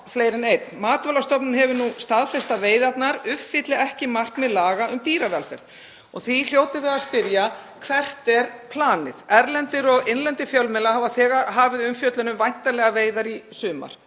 fleiri en einn. Matvælastofnun hefur nú staðfest að veiðarnar uppfylli ekki markmið laga um dýravelferð. Við hljótum því að spyrja: Hvert er planið? Erlendir og innlendir fjölmiðlar hafa þegar hafið umfjöllun um væntanlegar veiðar í sumar,